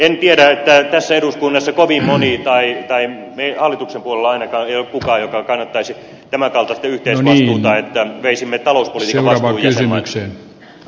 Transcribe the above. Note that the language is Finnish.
en tiedä onko tässä eduskunnassa kovin monta hallituksen puolella ei ainakaan ole ketään joka kannattaisi tämänkaltaista yhteisvastuuta että veisimme talouspolitiikan vastuun jäsenmaille